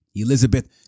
Elizabeth